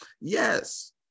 Yes